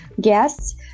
guests